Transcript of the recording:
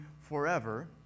forever